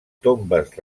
tombes